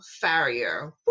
farrier